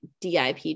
DIP